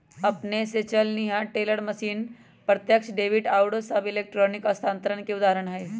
अपने स चलनिहार टेलर मशीन, प्रत्यक्ष डेबिट आउरो सभ इलेक्ट्रॉनिक स्थानान्तरण के उदाहरण हइ